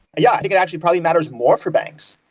yeah, i think it actually probably matters more for banks,